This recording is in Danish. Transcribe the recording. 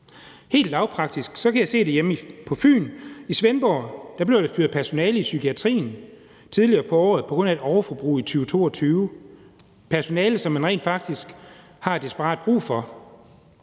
Helt lavpraktisk kan jeg se det hjemme på Fyn. I Svendborg blev der fyret personale i psykiatrien tidligere på året på grund af et overforbrug i 2022. Det er personale, som man rent faktisk desperat har brug for.